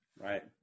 Right